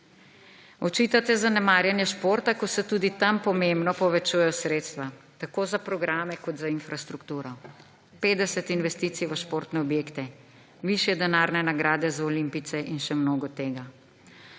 Očitate zanemarjanje športa, ko se tudi tam pomembno povečujejo sredstva tako za programe kot za infrastrukturo. 50 investicij v športne objekte, višje denarne nagrade za olimpijce in še mnogo tega.